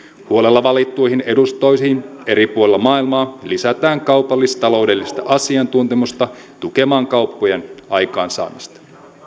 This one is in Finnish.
huolella valittuihin edustustoihin eri puolilla maailmaa lisätään kaupallis taloudellista asiantuntemusta tukemaan kauppojen aikaansaamista